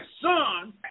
son